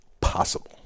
possible